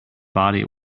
body